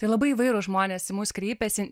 tai labai įvairūs žmonės į mus kreipiasi